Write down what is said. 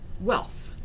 wealth